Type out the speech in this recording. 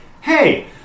hey